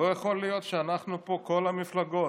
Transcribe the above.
לא יכול להיות שאנחנו פה, כל המפלגות,